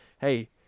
hey